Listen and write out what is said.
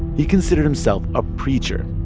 he considered himself a preacher,